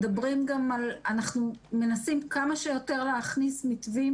אנחנו מנסים כמה שיותר להכניס מתווים